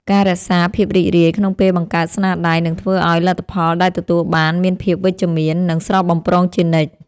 ការរក្សាភាពរីករាយក្នុងពេលបង្កើតស្នាដៃនឹងធ្វើឱ្យលទ្ធផលដែលទទួលបានមានភាពវិជ្ជមាន និង ស្រស់បំព្រងជានិច្ច។